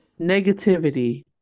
negativity